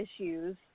issues